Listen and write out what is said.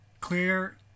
Clear